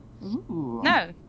No